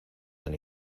tan